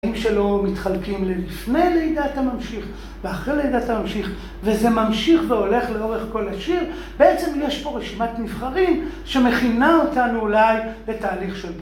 אם שלא מתחלקים ללפני לידת הממשיך ואחרי לידת הממשיך, וזה ממשיך והולך לאורך כל השיר. בעצם יש פה רשימת נבחרים שמכינה אותנו אולי בתהליך של פרק.